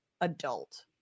adult